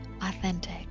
authentic